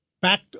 back